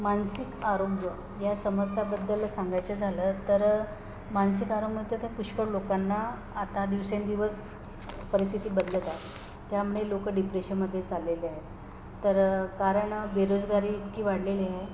मानसिक आरोग्य या समस्याबद्दल सांगायचं झालं तर मानसिक तर पुष्कळ लोकांना आता दिवसेंदिवस परिस्थिती बदलत आहे त्यामुळे लोक डिप्रेशनमध्ये चाललेले आहे तर कारण बेरोजगारी इतकी वाढलेली आहे